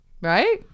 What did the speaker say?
Right